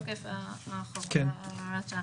כן, תיקון סעיף 42, זה תוקף החוק והוראת השעה.